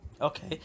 okay